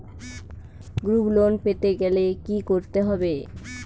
Group loan পেতে গেলে কি করতে হবে?